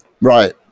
Right